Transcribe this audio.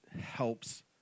helps